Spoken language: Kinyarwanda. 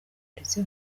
ndetse